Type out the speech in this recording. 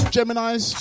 Gemini's